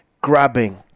grabbing